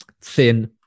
Thin